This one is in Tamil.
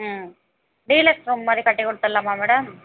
ம் டீலக்ஸ் ரூம் மாதிரி கட்டிக் கொடுத்துர்லாமா மேடம்